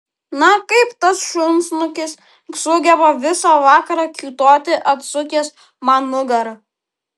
na kaip tas šunsnukis sugeba visą vakarą kiūtoti atsukęs man nugarą